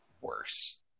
worse